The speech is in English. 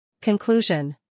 Conclusion